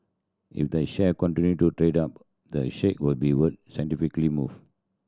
if the share continue to trade up the stake will be worth move